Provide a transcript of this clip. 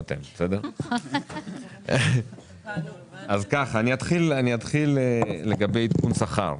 אני אתחיל עם עדכון השכר.